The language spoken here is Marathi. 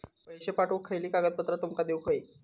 पैशे पाठवुक खयली कागदपत्रा तुमका देऊक व्हयी?